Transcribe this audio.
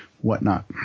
whatnot